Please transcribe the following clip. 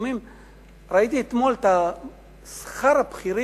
ראיתי אתמול את שכר הבכירים,